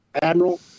admiral